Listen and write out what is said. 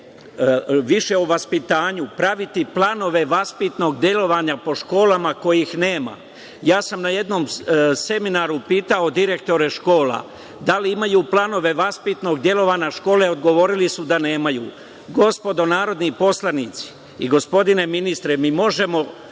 više o vaspitanju, praviti planove vaspitnog delovanja po školama kojih nema. Ja sam na jednom seminaru pitao direktore škola da li imaju planove vaspitnog delovanja škole, odgovorili su da nemaju. Gospodo narodni poslanici i gospodine ministre, mi možemo